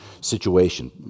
situation